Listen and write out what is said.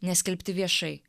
neskelbti viešai